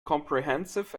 comprehensive